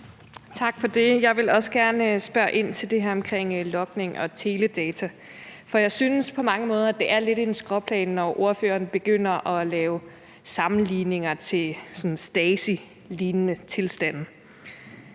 Tak for det. Jeg vil også gerne spørge ind til det her om logning og teledata. Jeg synes på mange måder, det lidt er et skråplan, når ordføreren begynder at lave sammenligninger til sådan Stasilignende tilstande.